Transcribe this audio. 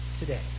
today